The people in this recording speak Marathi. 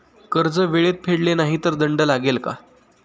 कर्ज वेळेत फेडले नाही तर दंड लागेल का?